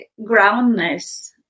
groundness